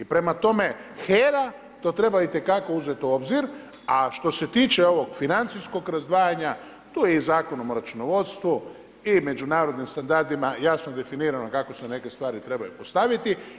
Prema tome, HERA to treba itekako uzeti u obzir, a što se tiče ovog financijskog razdvajanja to je i Zakonom o računovodstvu i međunarodnim standardima jasno definirano kako se neke stvari trebaju postaviti.